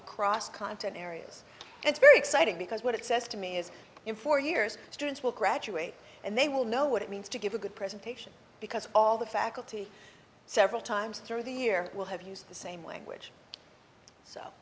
across content areas and it's very exciting because what it says to me is in four years students will graduate and they will know what it means to give a good presentation because all the faculty several times through the year will have used the same language so